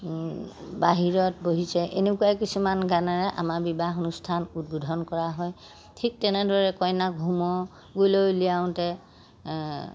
বাহিৰত বহিছে এনেকুৱা কিছুমান গানেৰে আমাৰ বিবাহ অনুষ্ঠান উদ্বোধন কৰা হয় ঠিক তেনেদৰে কইনাক হোমৰ গুৰীলৈ উলিয়াওঁতে